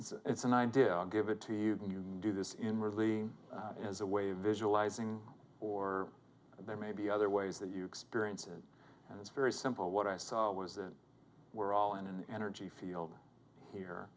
it's an idea i'll give it to you can you do this in really as a way visualizing or there may be other ways that you experience it and it's very simple what i saw was that we're all in an energy field here